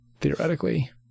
theoretically